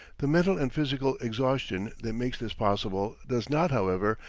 the mental and physical exhaustion that makes this possible, does not, however,